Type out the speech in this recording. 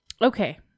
Okay